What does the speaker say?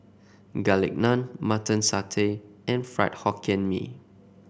Garlic Naan Mutton Satay and Fried Hokkien Mee